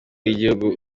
y’igihugu